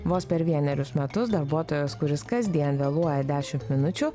vos per vienerius metus darbuotojas kuris kasdien vėluoja dešimt minučių